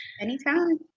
Anytime